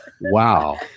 Wow